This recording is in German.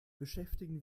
beschäftigen